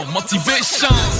Motivation